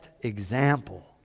example